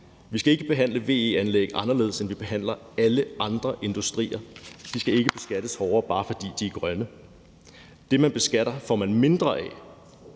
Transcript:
Vi skal ikke behandle VE anderledes, end vi behandler alle andre industrier. De skal ikke beskattes hårdere, bare fordi de er grønne. Det, man beskatter, får man mindre af,